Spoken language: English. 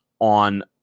on